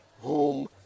home